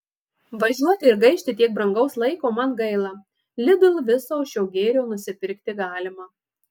važiuoti ir gaišti tiek brangaus laiko man gaila lidl viso šio gėrio nusipirkti galima